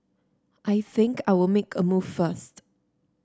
I think I'll make a move first